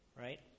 right